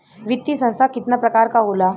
वित्तीय संस्था कितना प्रकार क होला?